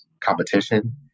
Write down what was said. competition